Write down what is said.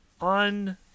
on